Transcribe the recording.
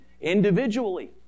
individually